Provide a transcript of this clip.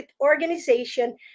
organization